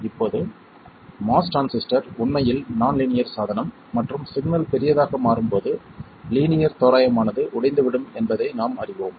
இப்போது MOS transistor உண்மையில் நான் லீனியர் சாதனம் மற்றும் சிக்னல் பெரியதாக மாறும்போது லீனியர் தோராயமானது உடைந்து விடும் என்பதை நாம் அறிவோம்